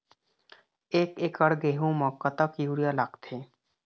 एक एकड़ गेहूं म कतक यूरिया लागथे?